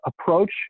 approach